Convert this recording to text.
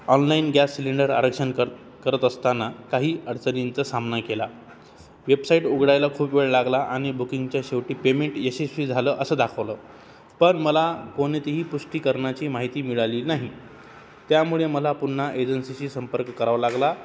online gas cylinder आरक्षण कर करत असताना काही अडचणींचा सामना केला वेबसाईट उघडायला खूप वेळ लागला आणि बुकिंगच्या शेवटी पेमेंट यशस्वी झालं असं दाखवलं पण मला कोणतीही पुष्टीकरणाची माहिती मिळाली नाही त्यामुळे मला पुन्हा एजन्सीशी संपर्क करावा लागला